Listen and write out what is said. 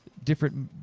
different.